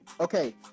okay